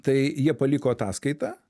tai jie paliko ataskaitą